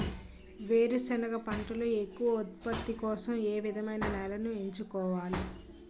వేరుసెనగ పంటలో ఎక్కువ ఉత్పత్తి కోసం ఏ విధమైన నేలను ఎంచుకోవాలి?